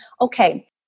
okay